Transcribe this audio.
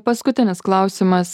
paskutinis klausimas